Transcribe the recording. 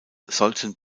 sollten